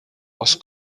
aus